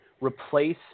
Replace